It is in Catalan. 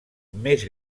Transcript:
més